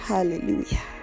Hallelujah